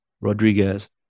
Rodriguez